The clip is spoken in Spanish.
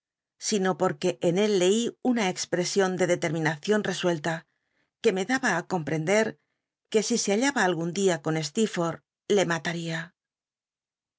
sino poeque en él leí una cx presion de dcterminacion resuelta que me daba á comptcndct que si se hallaba algun día con stecrfót'lh le malaria